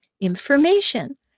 information